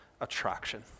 attraction